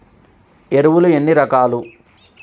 ఎరువులు ఎన్ని రకాలు?